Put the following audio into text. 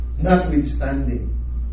notwithstanding